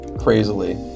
crazily